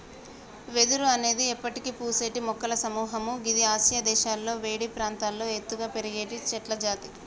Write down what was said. వెదురు అనేది ఎప్పటికి పూసేటి మొక్కల సముహము గిది ఆసియా దేశాలలో వేడి ప్రాంతాల్లో ఎత్తుగా పెరిగేటి చెట్లజాతి